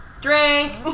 Drink